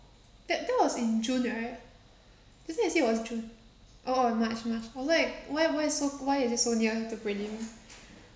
that time was in june right I think you said it was june oh oh march march I was like why why so why is it so near to prelim